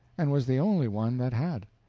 and was the only one that had.